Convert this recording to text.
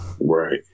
Right